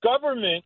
Government